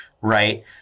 right